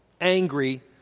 angry